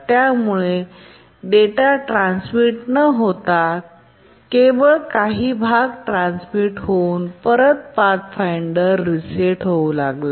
त्यामुळे data transmit न होता केवळ काही भाग ट्रान्स्मिट होऊन परत पाथफाईंडर रीसेट होऊ लागला